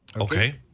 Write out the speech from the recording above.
Okay